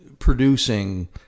producing